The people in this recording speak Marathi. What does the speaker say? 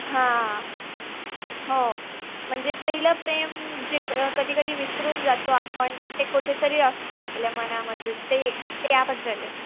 हां हो म्हणजे पहिलं प्रेम जे कधी कधी विसरून जातो आपण पण ते कुठे तरी असतं आपल्या मनामध्येच ते त्याबद्दल आहे